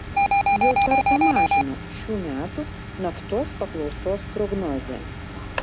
jau kartą mažino šių metų naftos paklausos prognozę